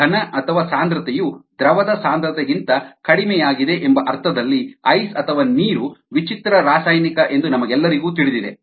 ಘನ ಅಥವಾ ಸಾಂದ್ರತೆಯು ದ್ರವದ ಸಾಂದ್ರತೆಗಿಂತ ಕಡಿಮೆಯಾಗಿದೆ ಎಂಬ ಅರ್ಥದಲ್ಲಿ ಐಸ್ ಅಥವಾ ನೀರು ವಿಚಿತ್ರ ರಾಸಾಯನಿಕ ಎಂದು ನಮಗೆಲ್ಲರಿಗೂ ತಿಳಿದಿದೆ